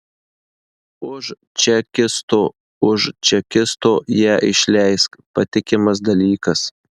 už čekisto už čekisto ją išleisk patikimas dalykas